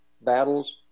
battles